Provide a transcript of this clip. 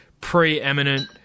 preeminent